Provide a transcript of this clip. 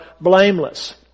blameless